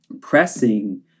pressing